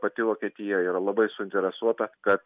pati vokietija yra labai suinteresuota kad